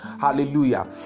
hallelujah